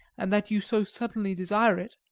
and that you so suddenly desire it.